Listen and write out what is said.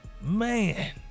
man